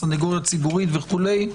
סניגוריה ציבורית וכולי.